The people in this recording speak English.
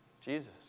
Jesus